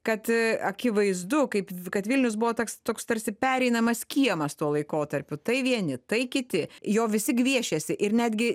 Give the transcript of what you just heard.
kad akivaizdu kaip kad vilnius buvo toks toks tarsi pereinamas kiemas tuo laikotarpiu tai vieni tai kiti jo visi gviešėsi ir netgi